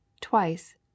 twice